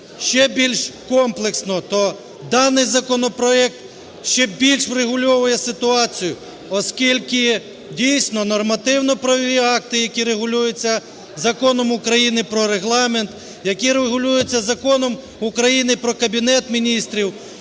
ще більш комплексно, то даний законопроект ще більш врегульовує ситуацію, оскільки дійсно нормативно-правові акти, які регулюються Законом України про Регламент, які регулюються Законом України про Кабінет Міністрів,